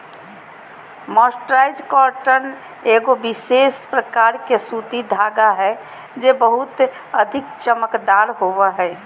mercerised cotton एगो विशेष प्रकार के सूती धागा हय जे बहुते अधिक चमकदार होवो हय